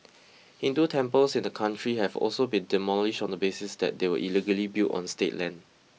Hindu temples in the country have also been demolished on the basis that they were illegally built on state land